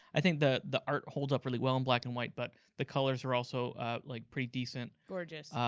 i think the the art holds up really well in black and white but the colors are also like pretty decent gorgeous.